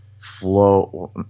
Flow